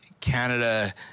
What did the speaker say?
Canada